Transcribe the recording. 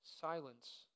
silence